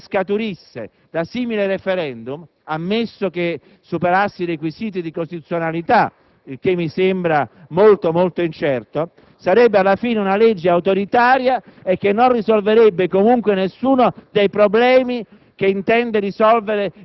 una legge che scaturisse da un simil*e referendum*, ammesso che superasse i requisiti di costituzionalità - il che mi sembra molto incerto -, sarebbe alla fine una legge autoritaria e non risolverebbe nessuno dei problemi